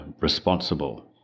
responsible